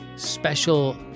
special